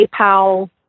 PayPal